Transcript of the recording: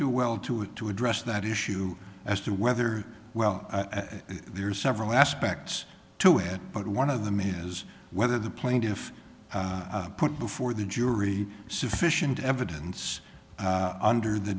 do well to to address that issue as to whether well there's several aspects to it but one of them is whether the plaintiff put before the jury sufficient evidence under the